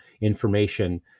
information